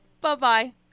Bye-bye